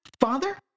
Father